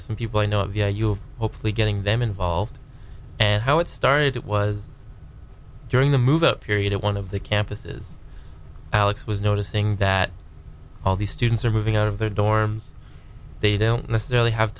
to some people i know of the hopefully getting them involved and how it started it was during the move up period one of the campuses alex was noticing that all these students are moving out of their dorms they don't necessarily have